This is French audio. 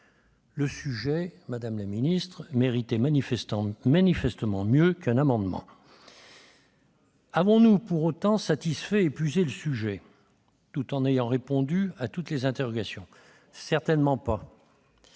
Le sujet, madame la secrétaire d'État, méritait manifestement mieux qu'un amendement. Avons-nous pour autant satisfait ou épuisé le sujet, tout en ayant répondu à toutes les interrogations ? Certainement pas